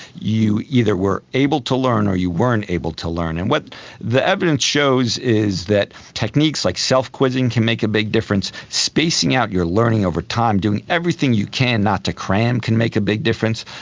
you either were able to learn or you weren't able to learn. and what the evidence shows is that techniques like self-quizzing can make a big difference. spacing out your learning over time, doing everything you can not to cram can make a big difference.